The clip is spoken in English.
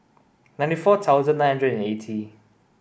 ninety four thousand nine hundred and eighty